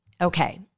okay